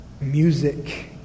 music